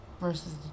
Versus